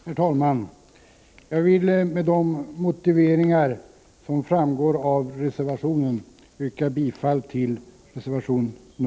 Herr talman! Jag vill med de motiveringar som framgår av reservation nr 1 yrka bifall till denna reservation.